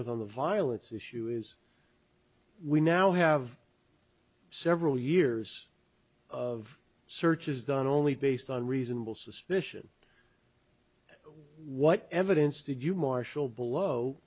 with on the violence issue is we now have several years of searches done only based on reasonable suspicion what evidence did you marshal below